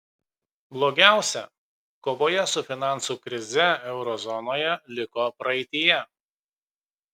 blogiausia kovoje su finansų krize euro zonoje liko praeityje